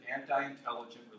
anti-intelligent